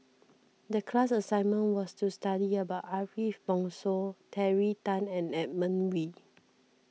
the class assignment was to study about Ariff Bongso Terry Tan and Edmund Wee